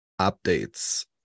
updates